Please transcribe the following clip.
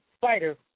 fighter